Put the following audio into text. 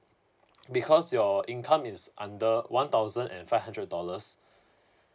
because your income is under one thousand and five hundred dollars